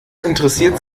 interessiert